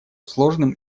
сложным